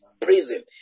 prison